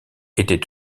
était